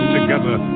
together